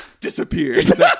disappears